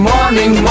Morning